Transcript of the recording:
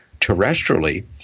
terrestrially